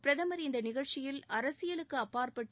பிரதமர் இந்த நிகழ்ச்சியில் அரசியலுக்கு அப்பாற்பட்டு